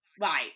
Right